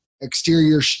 exterior